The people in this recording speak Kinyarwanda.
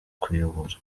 kuyobora